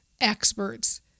experts